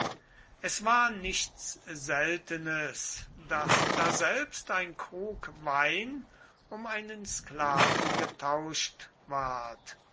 es war nichts seltenes daß daselbst ein krug wein um einen sklaven getauscht ward